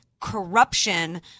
corruption